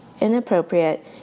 inappropriate